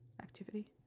activity